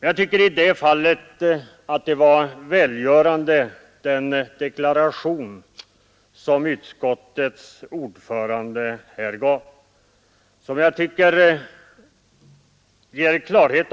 Jag tycker att den deklaration som utskottets ordförande här gjorde var välgörande i det fallet.